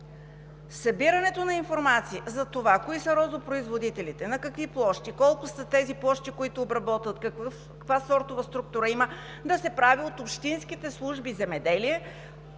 събирането на информация за това кои са розопроизводителите, на какви площи, колко са тези площи, които обработват, каква сортова структура има да се прави от общинските служби „Земеделие“.